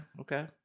okay